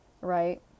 right